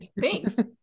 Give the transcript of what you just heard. Thanks